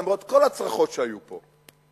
למרות כל הצרחות שהיו פה.